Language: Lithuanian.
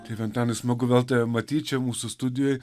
tėve antanai smagu vėl tave matyt čia mūsų studijoj